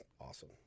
awesome